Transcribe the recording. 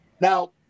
Now